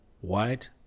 White